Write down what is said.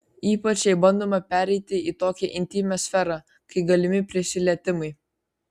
ypač jei bandoma pereiti į tokią intymią sferą kai galimi prisilietimai